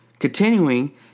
Continuing